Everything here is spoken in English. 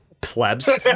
plebs